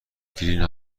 گرین